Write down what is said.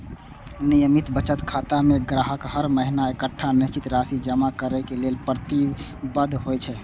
नियमित बचत खाता मे ग्राहक हर महीना एकटा निश्चित राशि जमा करै लेल प्रतिबद्ध होइ छै